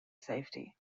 safety